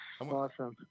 Awesome